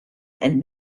and